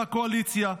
מהקואליציה,